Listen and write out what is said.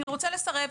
אני רוצה לסרב.